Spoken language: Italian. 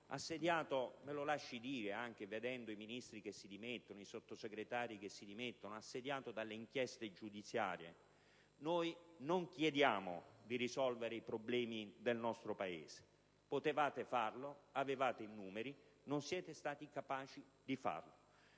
lasci dire, signor Ministro, anche vedendo i Ministri e i Sottosegretari che si dimettono - dalle inchieste giudiziarie, noi non chiediamo di risolvere i problemi del nostro Paese. Potevate farlo: avevate i numeri e non siete stati capaci di farlo.